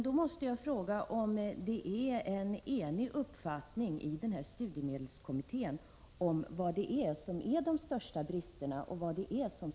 Då måste jag fråga om man i studiemedelskommittén är enig om vilka de största bristerna är och vad som måste ändras.